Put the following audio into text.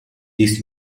this